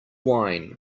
wine